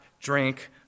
drink